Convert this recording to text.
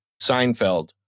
Seinfeld